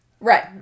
Right